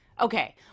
okay